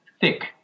thick